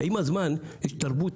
עם הזמן, יש תרבות